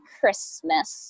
Christmas